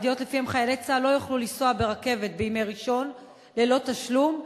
ידיעות שלפיהן חיילי צה''ל לא יוכלו לנסוע ברכבת בימי ראשון ללא תשלום,